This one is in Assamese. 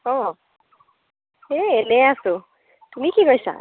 অ হে এনেই আছোঁ তুমি কি কৰিছা